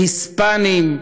היספנים,